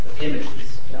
images